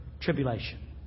tribulation